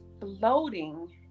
floating